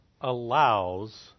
allows